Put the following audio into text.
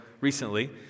recently